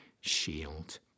shield